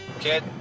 Kid